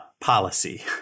policy